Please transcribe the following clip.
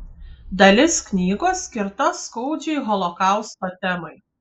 dalis knygos skirta skaudžiai holokausto temai